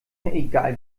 egal